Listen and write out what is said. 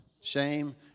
shame